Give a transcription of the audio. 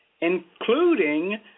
including